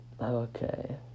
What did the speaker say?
Okay